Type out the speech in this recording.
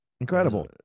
Incredible